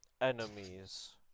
enemies